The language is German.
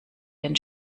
den